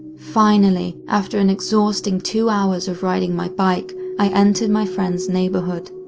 finally after an exhausting two hours of riding my bike i entered my friend's neighborhood.